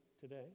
today